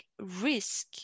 risk